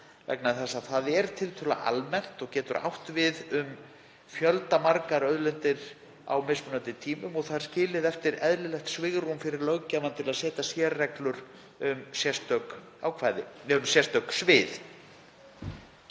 vegna þess að það er tiltölulega almennt og getur átt við um fjöldamargar auðlindir á mismunandi tímum og það er skilið eftir eðlilegt svigrúm fyrir löggjafann til að setja sérreglur um sérstök svið.